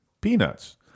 peanuts